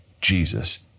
Jesus